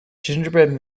gingerbread